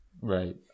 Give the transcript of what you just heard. Right